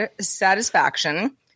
satisfaction